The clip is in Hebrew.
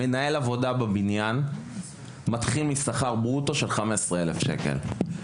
מנהל עבודה בבניין מתחיל משכר ברוטו של 15 אלף שקלים.